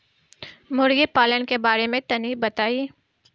मुर्गी पालन के बारे में तनी बताई?